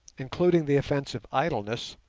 including the offence of idleness,